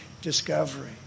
discovery